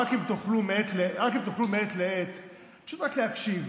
רק אם תוכלו מעת לעת פשוט רק להקשיב,